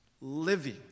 living